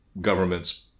government's